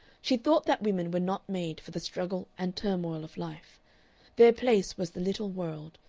she thought that women were not made for the struggle and turmoil of life their place was the little world,